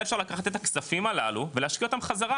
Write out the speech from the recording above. היה אפשר לקחת את הכספים הללו ולהשקיע אותם חזרה,